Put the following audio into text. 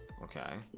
okay